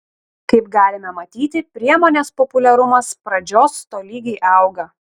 kaip galime matyti priemonės populiarumas pradžios tolygiai auga